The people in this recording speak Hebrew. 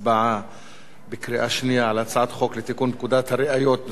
בקריאה שנייה על הצעת חוק לתיקון פקודת הראיות (מס' 15),